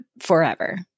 forever